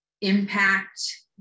impact